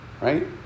right